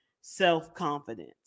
self-confidence